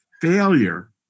failure